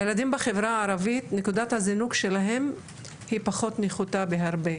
הילדים בחברה הערבית נקודת הזינוק שלהם היא נחותה בהרבה.